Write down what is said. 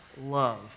love